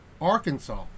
Arkansas